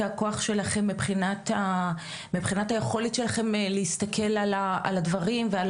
הכוח שלכם מבחינת היכולת שלכם להסתכל על הדברים ועל